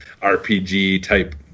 RPG-type